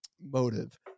motive